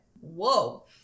Whoa